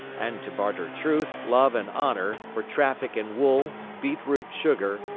and to barter truth, love, and honour for traffic in wool, beetroot-sugar,